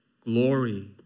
glory